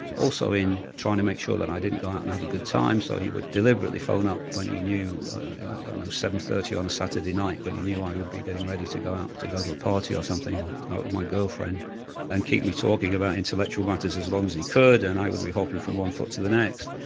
also in trying to make sure that i didn't go out and have a good time. so he would deliberately phone up when he knew that at seven. thirty on a saturday night, when he knew i would be getting ready to go out to go to a party or something or out with my girlfriend and keep me talking about intellectual matters as long as he could, and i would be hopping from one foot to the next.